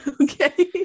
okay